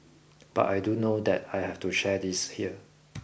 but I do know that I have to share this here